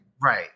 Right